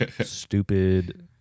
stupid